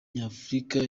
nyafurika